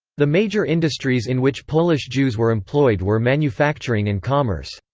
the major industries in which polish jews were employed were manufacturing and commerce.